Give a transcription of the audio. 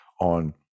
on